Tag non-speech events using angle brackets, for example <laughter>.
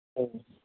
<unintelligible>